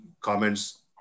comments